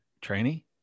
trainee